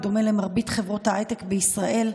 בדומה למרבית חברות ההייטק בישראל,